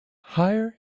hire